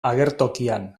agertokian